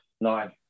nine